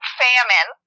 famine